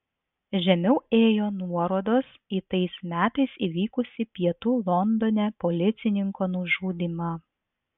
žemiau ėjo nuorodos į tais metais įvykusį pietų londone policininko nužudymą